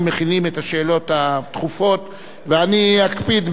אני אקפיד מאוד שיהיו הרבה שאילתות דחופות בכל יום רביעי,